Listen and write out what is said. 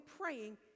praying